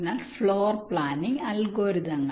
അതിനാൽ floor planning അൽഗോരിതങ്ങൾ